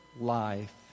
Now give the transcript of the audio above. life